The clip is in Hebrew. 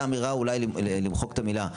הייתה אמירה אולי למחוק את המילה,